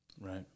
Right